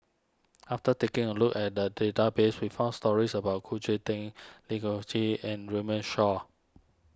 after taking a look at the database we found stories about Khoo Cheng Tiong and Runme Shaw